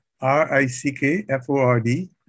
R-I-C-K-F-O-R-D